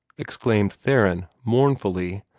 exclaimed theron, mournfully.